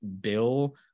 bill